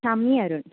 Shami Arun